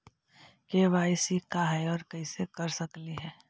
KYC का है, और कैसे कर सकली हे?